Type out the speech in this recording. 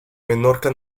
menorca